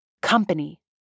company